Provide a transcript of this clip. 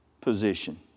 position